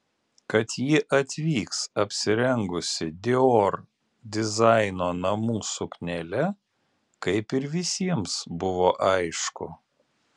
kad ji atvyks apsirengusi dior dizaino namų suknele kaip ir visiems buvo aišku